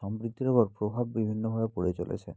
সমৃদ্ধির ওপর প্রভাব বিভিন্নভাবে পড়ে চলেছে